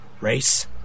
Race